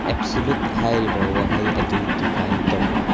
absolute ꯍꯥꯏꯔꯤꯕ ꯋꯥꯍꯩ ꯑꯗꯨ ꯗꯤꯐꯥꯏꯟ ꯇꯧ